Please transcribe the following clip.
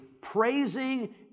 praising